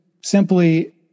simply